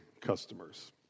customers